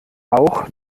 auch